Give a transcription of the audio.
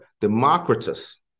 Democritus